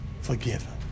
forgiven